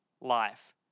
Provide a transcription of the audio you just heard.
life